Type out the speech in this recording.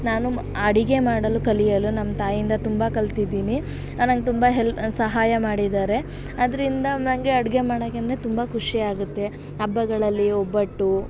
ನಾನು ಅಡುಗೆ ಮಾಡಲು ಕಲಿಯಲು ನಮ್ಮ ತಾಯಿಂದ ತುಂಬ ಕಲಿತಿದ್ದೀನಿ ನಂಗೆ ತುಂಬ ಹೆಲ್ ಸಹಾಯ ಮಾಡಿದ್ದಾರೆ ಅದರಿಂದ ನನಗೆ ಅಡುಗೆ ಮಾಡೋಕೆಂದ್ರೆ ತುಂಬ ಖುಷಿ ಆಗುತ್ತೆ ಹಬ್ಬಗಳಲ್ಲಿ ಒಬ್ಬಟ್ಟು